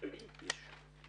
הישיבה